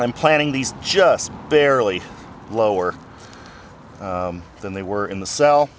time planning these just barely lower than they were in the cell